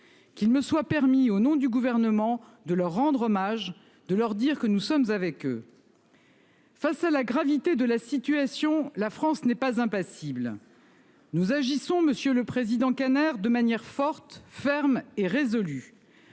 Qu'il me soit permis au nom du gouvernement, de leur rendre hommage, de leur dire que nous sommes avec eux.-- Face à la gravité de la situation, la France n'est pas impassible. Nous agissons. Monsieur le Président. Un air de manière forte ferme et résolue.